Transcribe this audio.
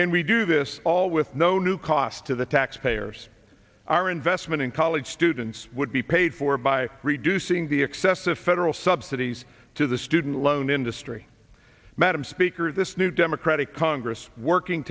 and we do this all with no new cost to the taxpayers our investment in college students would be paid for by reducing the excessive federal subsidies to the student loan industry madam speaker this new democratic